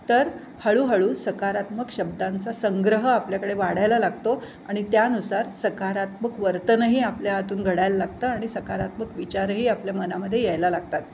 तर हळूहळू सकारात्मक शब्दांचा संग्रह आपल्याकडे वाढायला लागतो आणि त्यानुसार सकारात्मक वर्तनही आपल्या हातून घडायला लागतं आणि सकारात्मक विचारही आपल्या मनामध्ये यायला लागतात